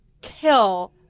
kill